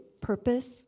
purpose